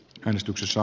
menestyksessä